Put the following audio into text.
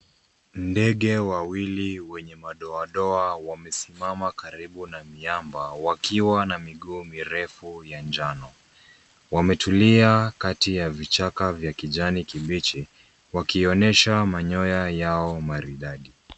Ndege wawili wenye madoadoa wamesimama karibu na miamba wakiwa na miguu mirefu ya njano. Wametulia kati ya vichaka vya kijani kibichi wakionyesha manyoya yao maridadi.